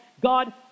God